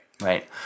right